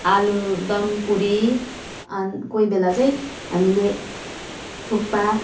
आलुदम पुरी अनि कोही बेला चाहिँ हामीले थुक्पा